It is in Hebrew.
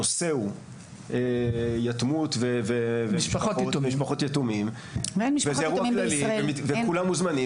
הנושא הוא יתמות ומשפחות יתומים וכולם מוזמנים